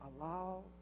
allow